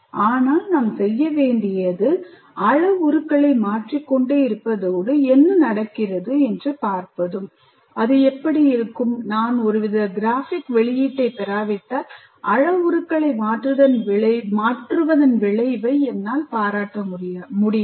ஆனால் நாம் செய்ய வேண்டியது அளவுருக்களை மாற்றிக் கொண்டே இருப்பதோடு என்ன நடக்கிறது என்று பார்ப்பதும் அது எப்படி இருக்கும் நான் ஒருவித கிராஃபிக் வெளியீட்டைப் பெறாவிட்டால் அளவுருக்களை மாற்றுவதன் விளைவை என்னால் பாராட்ட முடியாது